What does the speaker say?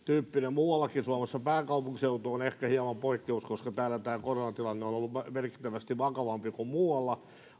muuallakin suomessa pääkaupunkiseutu on ehkä hieman poikkeus koska täällä tämä koronatilanne on ollut merkittävästi vakavampi kuin muualla